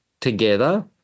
together